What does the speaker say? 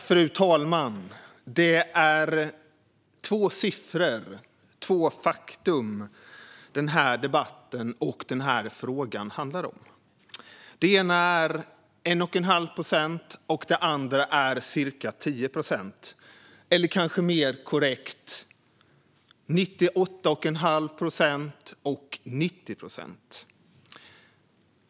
Fru talman! Det är två siffror - två faktum - som denna debatt och denna fråga handlar om. Den ena är 1 1⁄2 procent, och den andra är ca 10 procent - eller kanske mer korrekt 98 1⁄2 procent och 90 procent.